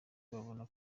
babona